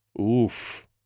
Oof